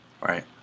right